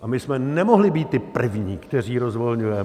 A my jsme nemohli být ti první, kteří rozvolňujeme.